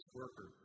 worker